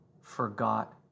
forgot